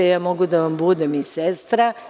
Ja mogu da vam budem i sestra.